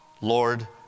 Lord